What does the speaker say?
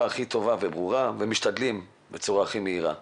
הכי טובה וברורה ומשתדלים בצורה הכי מהירה.